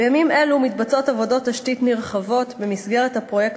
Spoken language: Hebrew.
בימים אלו מתבצעות עבודות תשתית נרחבות במסגרת הפרויקט